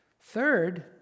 Third